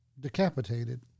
Decapitated